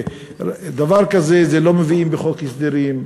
דבר כזה לא מביאים בחוק הסדרים.